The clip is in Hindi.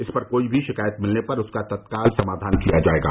इस पर कोई भी शिकायत मिलने पर उसका तत्काल समाधान किया जायेगा